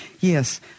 Yes